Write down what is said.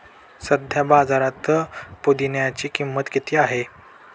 सध्या बाजारात पुदिन्याची किंमत किती आहे?